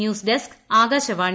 news desk Akashvani